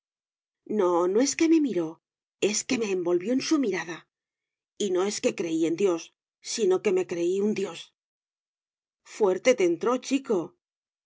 no no es que me miró es que me envolvió en su mirada y no es que creí en dios sino que me creí un dios fuerte te entró chico